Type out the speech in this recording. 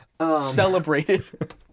Celebrated